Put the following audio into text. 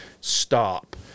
stop